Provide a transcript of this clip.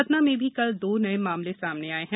सतना में भी कल दो नए मामले सामने आए हैं